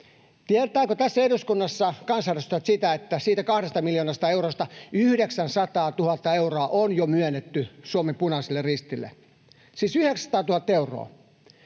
tietävätkö tässä eduskunnassa kansanedustajat sitä, että siitä 2 miljoonasta eurosta 900 000 euroa on jo myönnetty Suomen Punaiselle Ristille? Siis 900 000 euroa.